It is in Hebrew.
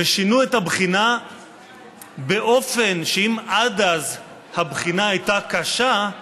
שינו את הבחינה באופן כזה שאם עד אז הבחינה הייתה קשה,